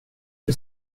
det